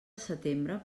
setembre